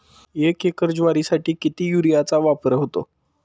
एक एकर ज्वारीसाठी किती युरियाचा वापर होतो?